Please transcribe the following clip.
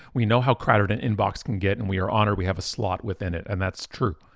we know how crowded an inbox can get, and we are honored we have a slot within it, and that's true.